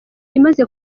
imaze